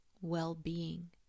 well-being